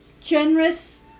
generous